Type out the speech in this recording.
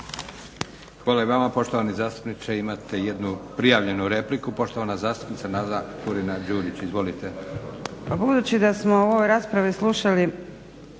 Hvala i vama poštovani zastupniče. Imate jednu prijavljenu repliku. Poštovana zastupnica Nada Turina-Đurić, izvolite. **Turina-Đurić, Nada (HNS)**